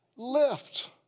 Lift